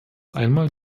einmal